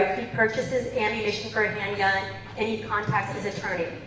purchases ammunition for a handgun and he contacts his attorney.